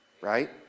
right